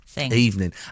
evening